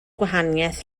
gwahaniaeth